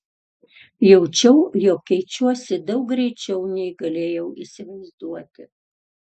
jaučiau jog keičiuosi daug greičiau nei galėjau įsivaizduoti